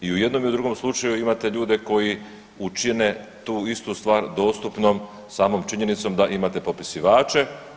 I u jednom i u drugom slučaju imate ljude koji učine tu istu stvar dostupnom samom činjenicom da imate popisivače.